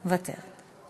אבל אני מוותרת.